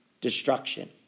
destruction